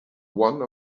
one